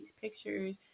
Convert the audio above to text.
pictures